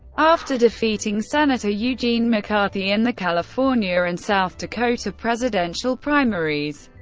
after defeating senator eugene mccarthy in the california and south dakota presidential primaries,